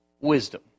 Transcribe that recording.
wisdom